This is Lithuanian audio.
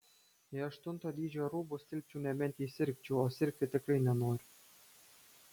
į aštunto dydžio rūbus tilpčiau nebent jei sirgčiau o sirgti tikrai nenoriu